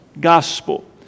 gospel